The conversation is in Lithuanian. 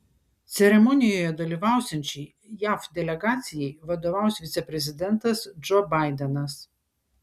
ceremonijoje dalyvausiančiai jav delegacijai vadovaus viceprezidentas džo baidenas